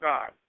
God